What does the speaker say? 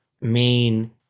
main